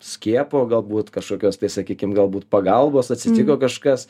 skiepo galbūt kažkokios tai sakykim galbūt pagalbos atsitiko kažkas